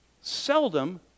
seldom